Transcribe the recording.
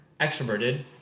extroverted